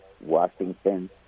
Washington